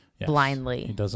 Blindly